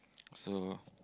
so